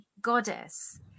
goddess